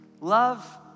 love